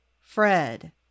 Fred